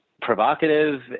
provocative